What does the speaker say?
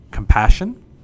Compassion